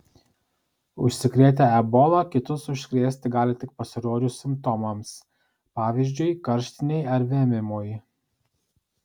užsikrėtę ebola kitus užkrėsti gali tik pasirodžius simptomams pavyzdžiui karštinei ar vėmimui